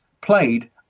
played